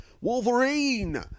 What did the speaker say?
Wolverine